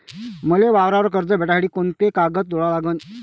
मले वावरावर कर्ज भेटासाठी कोंते कागद जोडा लागन?